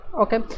Okay